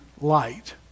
light